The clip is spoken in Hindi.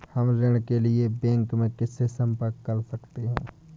हम ऋण के लिए बैंक में किससे संपर्क कर सकते हैं?